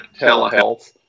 telehealth